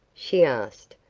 she asked,